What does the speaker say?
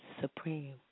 supreme